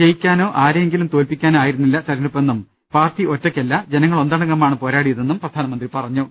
ജയിക്കാനോ ആരെയെങ്കിലും തോല്പിക്കാനോ ആയിരുന്നില്ല തെരഞ്ഞെ ടുപ്പെന്നും പാർട്ടി ഒറ്റയ്ക്കല്ല ജനങ്ങൾ ഒന്നടങ്കമാണ് പോരാടിയതെന്നും പ്രധാന മന്ത്രി പറഞ്ഞു